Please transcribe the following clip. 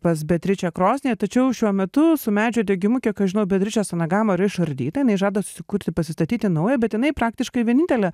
pas beatričę krosnyje tačiau šiuo metu su medžio degimui kiek aš žino beatričės anagams yra išardytame jinai žada susikurti pasistatyti naują bet jinai praktiškai vienintelė